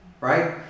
right